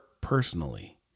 personally